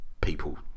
people